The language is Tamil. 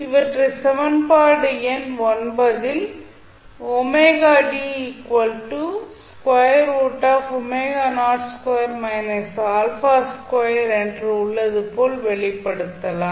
இவற்றை சமன்பாடு எண் ல் என்று உள்ளது போல் வெளிப்படுத்தலாம்